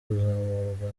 kuzamurwa